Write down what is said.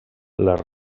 les